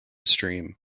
stream